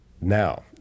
Now